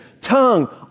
tongue